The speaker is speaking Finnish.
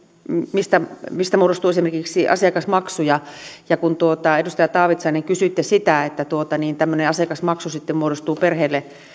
mistä mistä muodostuu esimerkiksi asiakasmaksuja ja siitä kun edustaja taavitsainen kysyitte siitä että tämmöinen asiakasmaksu sitten muodostuu perheille